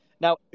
Now